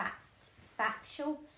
factual